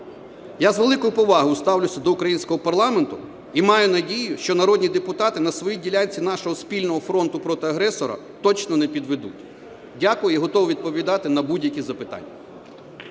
Я з великою повагою ставлюся до українського парламенту і маю надію, що народні депутати на своїй ділянці нашого спільного фронту проти агресора точно не підведуть. Дякую. І готовий відповідати на будь-які запитання.